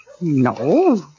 No